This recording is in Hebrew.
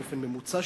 בממוצע,